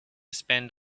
spend